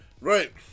Right